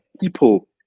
people